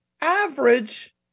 average